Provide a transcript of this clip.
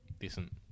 Decent